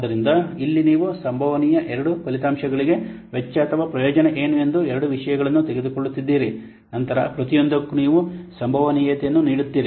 ಆದ್ದರಿಂದ ಇಲ್ಲಿ ನೀವು ಸಂಭವನೀಯ ಎರಡು ಫಲಿತಾಂಶಗಳಿಗೆ ವೆಚ್ಚ ಅಥವಾ ಪ್ರಯೋಜನ ಏನು ಎಂದು ಎರಡು ವಿಷಯಗಳನ್ನು ತೆಗೆದುಕೊಳ್ಳುತ್ತೀರಿ ನಂತರ ಪ್ರತಿಯೊಂದಕ್ಕೂ ನೀವು ಸಂಭವನೀಯತೆಯನ್ನು ನೀಡುತ್ತೀರಿ